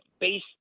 base